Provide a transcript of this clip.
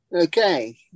Okay